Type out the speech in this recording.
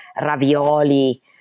ravioli